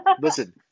listen